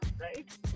Right